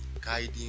guiding